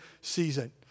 season